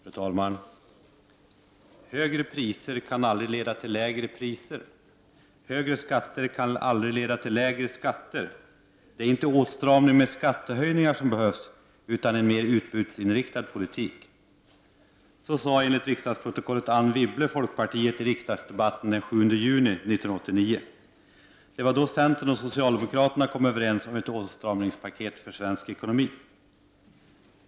Fru talman! ”Högre priser kan aldrig leda till lägre priser. Högre skatter kan aldrig leda till lägre skatter. Det är inte åtstramning med skattehöjningar som behövs utan en mer utbudsinriktad politik.” Detta sade enligt riksdagsprotokollet Anne Wibble, folkpartiet i riksdagsdebatten den 7 juni 1989. Det var då som centern och socialdemokraterna kom överens om ett åtstramningspaket för svensk ekonomi.